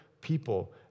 people